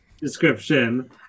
description